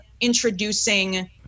introducing